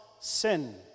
sin